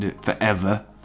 forever